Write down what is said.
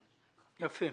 יפה.